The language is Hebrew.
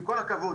עם כל הכבוד,